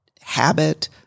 habit